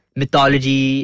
mythology